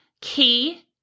key